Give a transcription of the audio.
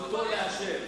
זכותו לאשר.